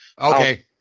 Okay